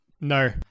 No